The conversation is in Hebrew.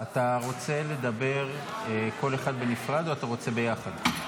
אתה רוצה לדבר כל אחד בנפרד או ביחד?